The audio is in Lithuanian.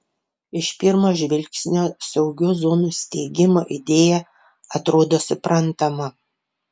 iš pirmo žvilgsnio saugių zonų steigimo idėja atrodo suprantama